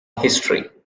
history